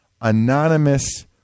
Anonymous